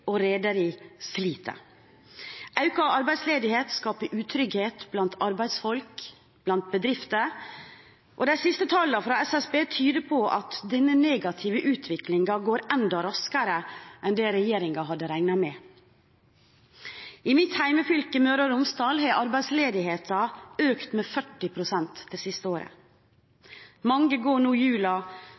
og rederi, sliter. Økt arbeidsledighet skaper utrygghet blant arbeidsfolk og bedrifter. De siste tallene fra SSB tyder på at denne negative utviklingen går enda raskere enn regjeringen hadde regnet med. I mitt hjemfylke, Møre og Romsdal, har arbeidsledigheten økt med 40 pst. det siste året. Mange går nå